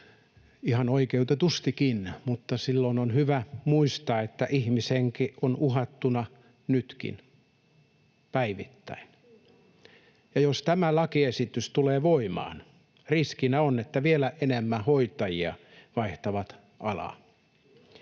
ihan oikeutetustikin, mutta silloin on hyvä muistaa, että ihmishenki on uhattuna nytkin päivittäin, ja jos tämä lakiesitys tulee voimaan, riskinä on, että vielä enemmän hoitajia vaihtaa alaa,